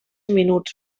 minuts